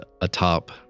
atop